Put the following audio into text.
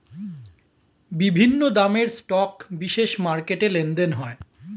বিভিন্ন দামের স্টক বিশেষ মার্কেটে লেনদেন হয়